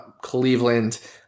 Cleveland